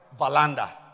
Valanda